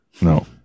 no